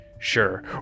sure